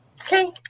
Okay